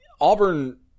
Auburn